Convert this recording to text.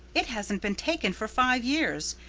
it hasn't been taken for five years!